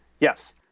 Yes